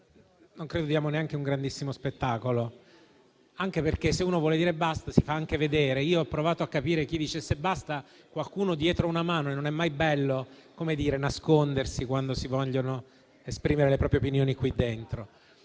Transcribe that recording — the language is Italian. che diamo neanche un grandissimo spettacolo, anche perché, se uno vuole dire basta, si fa anche vedere. Io ho provato a capire chi dicesse basta e ho visto qualcuno dietro una mano. Non è mai bello nascondersi quando si vogliono esprimere le proprie opinioni qui dentro.